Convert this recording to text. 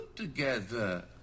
together